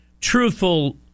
truthful